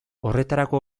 horretarako